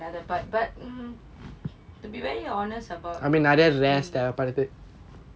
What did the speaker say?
another part but mm to be very honest about